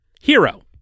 Hero